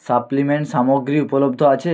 supplement সামগ্রী উপলব্ধ আছে